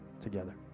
together